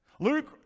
Luke